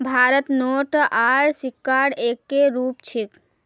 भारतत नोट आर सिक्कार एक्के रूप छेक